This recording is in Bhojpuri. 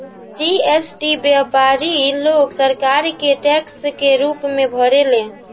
जी.एस.टी व्यापारी लोग सरकार के टैक्स के रूप में भरेले